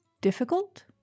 Difficult